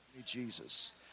Jesus